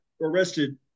arrested